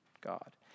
God